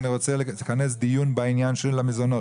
אני רוצה לכנס דיון בעניין של המזונות.